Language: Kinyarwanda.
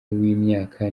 w’imyaka